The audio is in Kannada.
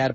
ಆರ್